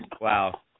Wow